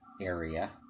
area